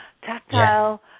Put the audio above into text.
tactile